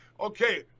okay